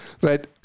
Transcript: but-